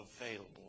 available